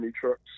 trucks